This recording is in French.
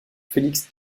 félix